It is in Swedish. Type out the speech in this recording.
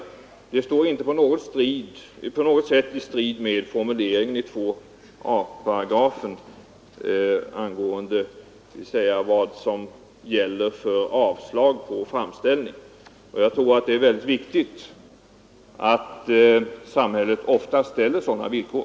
Det står inte på något sätt i strid med formuleringarna av reglerna om avslag på framställning enligt 2 a §. Jag tror att det är viktigt att samhället ofta ställer sådana villkor.